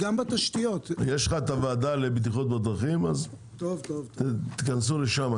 יש לך את הוועדה לבטיחות בדרכים, אז תתכנסו שם.